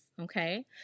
Okay